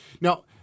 now